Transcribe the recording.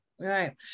right